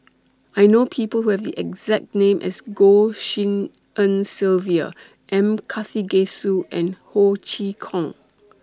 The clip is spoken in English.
I know People Who Have The exact name as Goh Tshin En Sylvia M Karthigesu and Ho Chee Kong